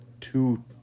two